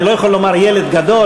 אני לא יכול לומר "ילד גדול",